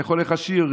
איך הולך השיר?